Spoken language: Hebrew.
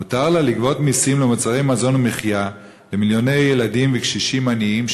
מותר לה לגבות מסים על מוצרי מזון ומחיה ממיליוני ילדים וקשישים עניים,